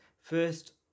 First